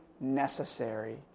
necessary